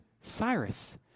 Cyrus